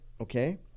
okay